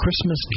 Christmas